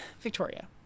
Victoria